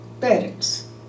parents